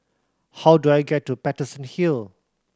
how do I get to Paterson Hill